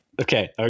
Okay